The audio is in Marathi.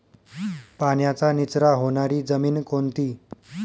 पाण्याचा निचरा होणारी जमीन कोणती?